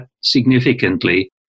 significantly